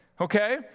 Okay